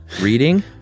Reading